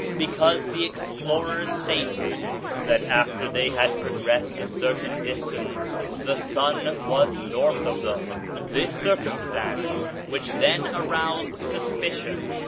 because the explorers stated that after they had progressed a certain distance the sun was north of them this circumstance, which then aroused suspicion,